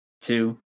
two